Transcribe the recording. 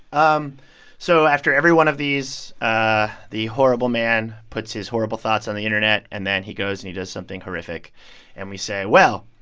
um so after every one of these ah the horrible man puts his horrible thoughts on the internet, and then he goes and he does something horrific and we say, well,